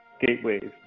Gateways